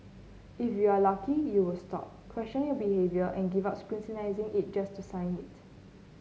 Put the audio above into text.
if you're lucky you'll stop question your behaviour and give up scrutinising it to just sign it